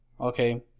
okay